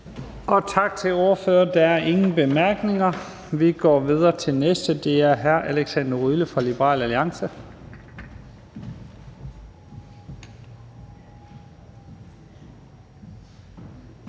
Tak til ordføreren. Der er ingen korte bemærkninger. Vi går videre til den næste, og det hr. Alexander Ryle fra Liberal Alliance.